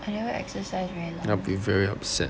I never exercise very long